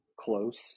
close